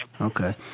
Okay